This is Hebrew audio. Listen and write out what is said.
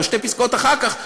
או שתי פסקאות אחר כך,